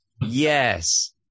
yes